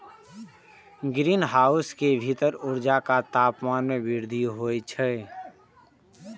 greenhouse के भीतर ऊर्जा आ तापमान मे वृद्धि होइ छै